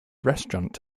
restaurant